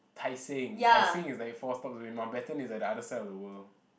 Tai-Seng Tai-Seng is like four stops only Mountbatten is like the other side of the world